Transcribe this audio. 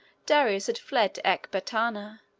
darius had fled to ecbatana,